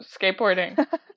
skateboarding